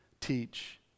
teach